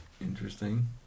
interesting